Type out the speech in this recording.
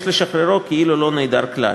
יש לשחררו כאילו לא נעדר כלל.